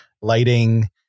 lighting